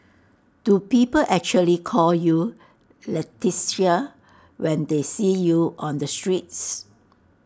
do people actually call you Leticia when they see you on the streets